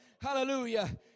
hallelujah